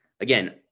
again